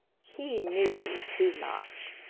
he knew too much.